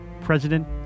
President